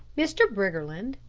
mr. briggerland,